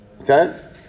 Okay